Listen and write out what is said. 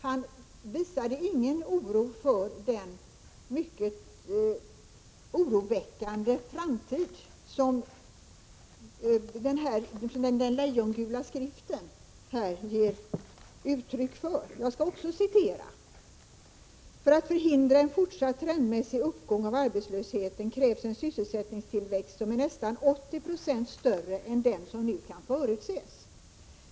Han visade ingen oro för den mycket bekymmersamma framtid som den här citerade lejongula skriften ger uttryck för. Jag skall också citera: ”För att förhindra en fortsatt trendmässig uppgång av arbetslösheten krävs en sysselsättningstillväxt som är nästan 50 procent större än den som nu kan förutses.